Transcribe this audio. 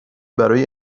برای